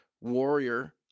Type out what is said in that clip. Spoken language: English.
warrior